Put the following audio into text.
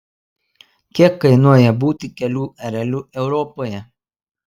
kiek kainuoja būti kelių ereliu europoje